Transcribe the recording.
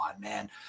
man